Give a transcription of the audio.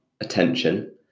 attention